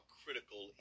critical